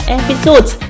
episodes